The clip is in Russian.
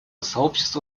сообщества